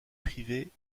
privée